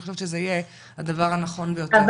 אני חושבת שזה יהיה הדבר הנכון ביותר.